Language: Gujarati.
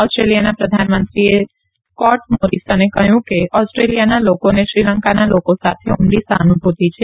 ઓસ્ટ્રેલિયાના પ્રધાનમંત્રીએ સ્કો મોરીસને કહ્યું કે ઓસ્ટ્રેલિયાના લોકોને શ્રીલંકાના લોકો સાથે ઉંડી સહાનુભુતી છે